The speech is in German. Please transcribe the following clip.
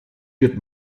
wird